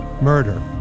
Murder